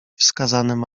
wskazanym